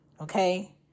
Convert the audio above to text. Okay